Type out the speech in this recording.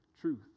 truth